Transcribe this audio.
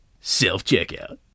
self-checkout